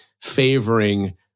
favoring